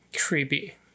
creepy